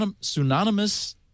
Synonymous